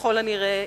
ככל הנראה,